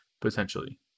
potentially